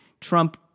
Trump